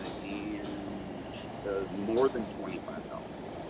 ah and more than twenty five dollars,